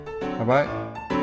Bye-bye